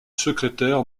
secrétaire